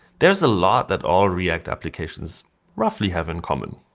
there is a lot that all react applications roughly have in common.